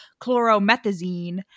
chloromethazine